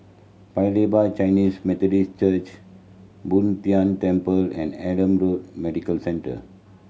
Paya Lebar Chinese Methodist Church Boon Tien Temple and Adam Road Medical Centre